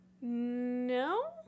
No